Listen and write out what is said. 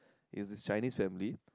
is a Chinese family